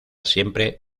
siempre